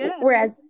whereas